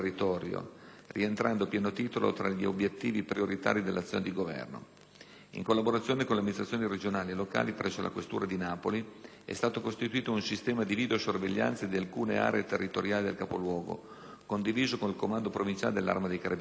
rientrando a pieno titolo tra gli obiettivi prioritari dell'azione di Governo. In collaborazione con le amministrazioni regionali e locali, presso la questura di Napoli, è stato costituito un sistema di videosorveglianza di alcune aree territoriali del capoluogo, condiviso con il comando provinciale dell'Arma dei carabinieri.